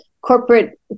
corporate